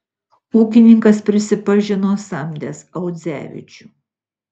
ūkininkas prisipažino samdęs audzevičių